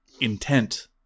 intent